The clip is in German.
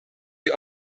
die